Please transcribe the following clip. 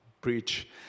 preach